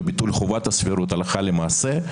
או ביטול חובת הסבירות הלכה למעשה,